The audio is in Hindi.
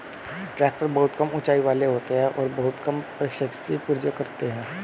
ट्रेक्टर बहुत कम ऊँचाई वाले होते हैं और बहुत कम प्रक्षेपी पुर्जे होते हैं